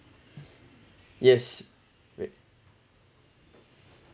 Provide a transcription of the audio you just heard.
yes wait